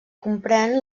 compren